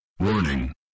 Warning